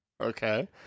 Okay